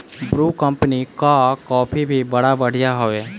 Bru company कअ coffee भी बड़ा बढ़िया हवे